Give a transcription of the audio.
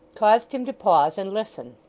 caused him to pause and listen.